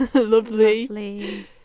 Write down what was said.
lovely